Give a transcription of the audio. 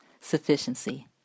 sufficiency